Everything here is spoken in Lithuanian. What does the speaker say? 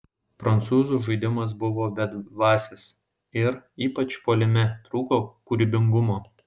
prancūzų žaidimas buvo bedvasis ir ypač puolime trūko kūrybingumo